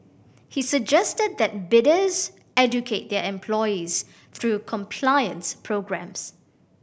he suggested that bidders educate their employees through compliance programmes